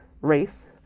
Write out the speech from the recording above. race